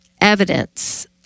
evidence